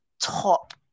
top